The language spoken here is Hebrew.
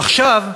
עכשיו,